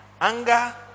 anger